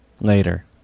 later